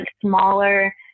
smaller